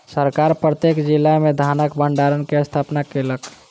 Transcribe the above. सरकार प्रत्येक जिला में धानक भण्डार के स्थापना केलक